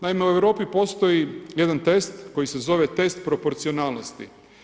Naime u Europi postoji jedan test koji se zove test proporcionalnosti.